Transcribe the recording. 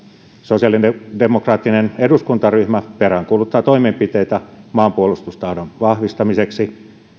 sosiaalidemokraattinen eduskuntaryhmä peräänkuuluttaa toimenpiteitä maanpuolustustahdon vahvistamiseksi